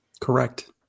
Correct